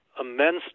immense